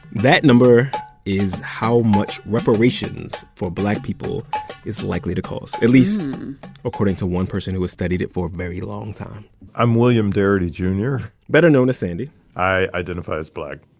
that number is how much reparations for black people is likely to cost, at least according to one person who has studied it for a very long time i'm william darity jr better known as sandy i identify as black.